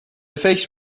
فکر